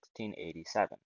1687